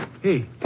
hey